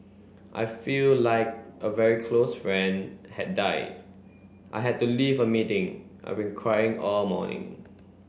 I feel like a very close friend had died I had to leave a meeting I've been crying all morning